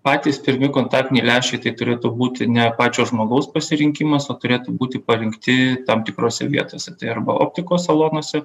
patys pirmi kontaktiniai lęšiai tai turėtų būti ne pačio žmogaus pasirinkimas o turėtų būti parinkti tam tikrose vietose tai arba optikos salonuose